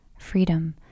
freedom